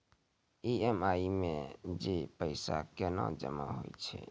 EMI मे जे पैसा केना जमा होय छै?